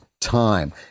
time